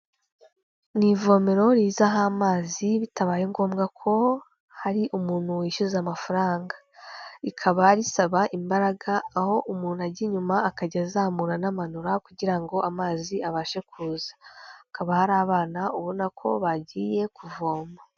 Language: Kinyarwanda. Mu ivomero rizaho amazi bitabaye ngombwa ko hari umuntu wishyuza amafaranga. Rikaba risaba imbaraga aho umuntu ajya inyuma akajya azamura anamanura kugira ngo amazi abashe kuza, hakaba hari abana ubona ko bagiye kuvoma.